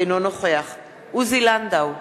אינו נוכח עוזי לנדאו,